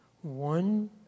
one